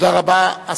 תודה רבה.